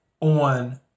on